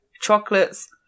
Chocolates